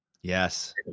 Yes